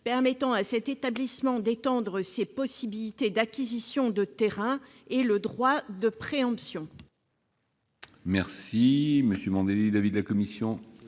permettant à cet établissement d'étendre ses possibilités d'acquisition de terrains est le droit de préemption.